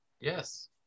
Yes